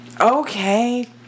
Okay